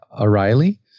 O'Reilly